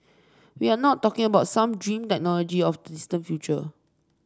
we are not talking about some dream technology of the distant future